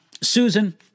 Susan